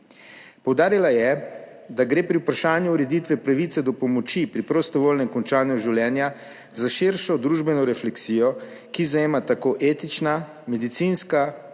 Poudarila je, da gre pri vprašanju ureditve pravice do pomoči pri prostovoljnem končanju življenja za širšo družbeno refleksijo, ki zajema tako etična, medicinska,